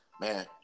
man